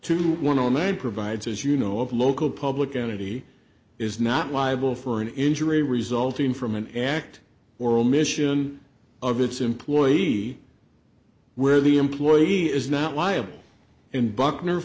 to one on and provides as you know of local public entity is not liable for an injury resulting from an act or omission of its employee where the employee is not liable in buck